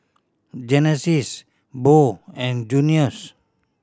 Genesis Bo and Junius